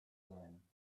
sein